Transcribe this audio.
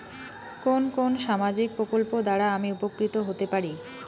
কোন কোন সামাজিক প্রকল্প দ্বারা আমি উপকৃত হতে পারি?